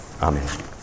Amen